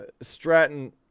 Stratton